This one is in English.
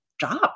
job